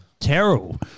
terrible